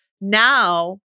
Now